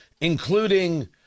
including